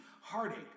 heartache